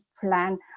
plan